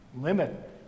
Limit